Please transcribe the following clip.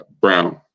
Brown